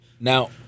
Now